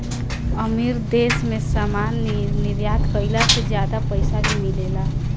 अमीर देश मे सामान निर्यात कईला से ज्यादा पईसा भी मिलेला